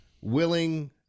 willing